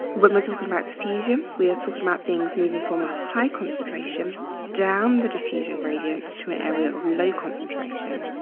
when we're talking about diffusion, we are talking about things moving from a high concentration down the diffusion gradient to an area of low concentration.